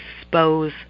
expose